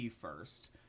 first